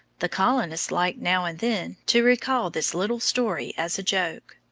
the colonists liked now and then to recall this little story as a joke.